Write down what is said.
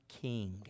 king